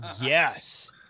Yes